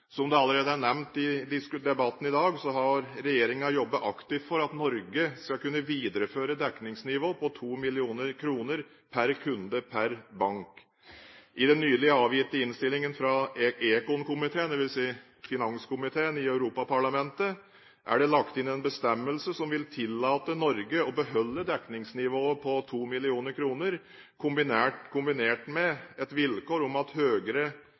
Som det allerede er nevnt i debatten i dag, har regjeringen jobbet aktivt for at Norge skal kunne videreføre dekningsnivået på 2 mill. kr per kunde per bank. I den nylig avgitte innstillingen fra ECON-komiteen, dvs. finanskomiteen i Europaparlamentet, er det lagt inn en bestemmelse som vil tillate Norge å beholde dekningsnivået på 2 mill. kr, kombinert med et vilkår om at